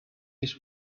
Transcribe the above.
his